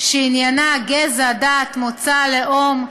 שעניינה גזע, דת, מוצא, לאום,